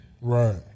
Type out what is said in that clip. Right